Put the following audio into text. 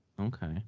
Okay